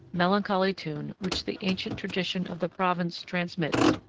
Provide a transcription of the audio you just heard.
melancholy tune which the ancient tradition of the province transmits,